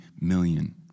million